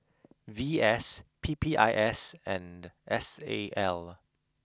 V S P P I S and S A L